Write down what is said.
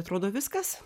atrodo viskas